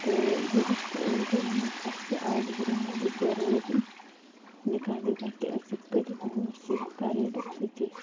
تہٕ یہِ رشتہٕ اوس گوٚنٛڑمُت اَسہِ آز برٛونٛٹھ زٕ ژور ؤری نِکاح وِکاح ٲسِکھ پٔرتھ وۄنۍ اوس صرف کَرٕنۍ رخصتی